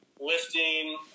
lifting